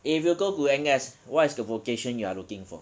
if you go to N_S what's the vocation you are looking for